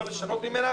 לא לשנות ממנה